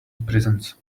prisons